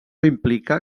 implica